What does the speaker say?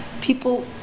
people